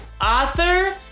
author